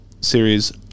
series